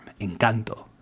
Encanto